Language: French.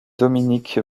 dominique